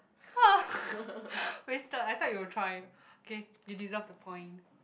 wasted I thought you will try okay you deserve the point